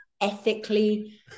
ethically